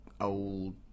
Old